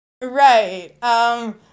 Right